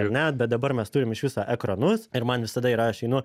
ar ne bet dabar mes turim iš viso ekranus ir man visada yra aš einu